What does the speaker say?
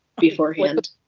beforehand